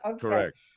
Correct